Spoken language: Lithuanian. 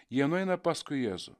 jie nueina paskui jėzų